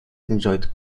enjoyed